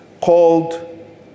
called